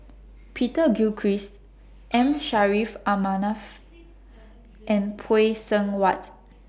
Peter Gilchrist M Saffri A Manaf and Phay Seng Whatt